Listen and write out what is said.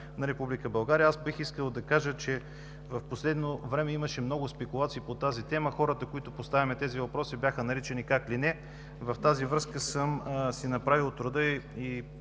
България, бих искал да кажа, че в последно време имаше много спекулации по тази тема. Хората, които поставяме тези въпроси, бяха наричани как ли не! В тази връзка съм си направил труда и